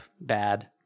bad